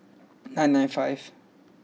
nine nine five